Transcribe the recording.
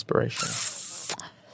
inspiration